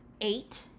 eight